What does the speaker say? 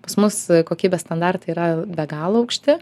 pas mus kokybės standartai yra be galo aukšti